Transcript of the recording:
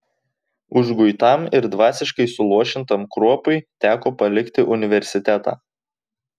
užguitam ir dvasiškai suluošintam kruopui teko palikti universitetą